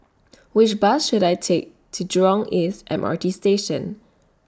Which Bus should I Take to Jurong East M R T Station